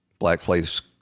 blackface